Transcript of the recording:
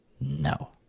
No